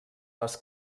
les